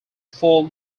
form